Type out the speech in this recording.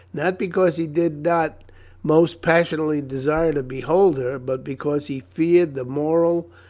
not because he did not most passionately desire to behold her, but because he feared the moral,